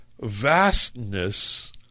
vastness